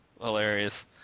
hilarious